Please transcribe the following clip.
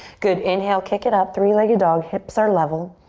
good, inhale, kick it up, three-legged dog. hips are level.